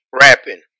rapping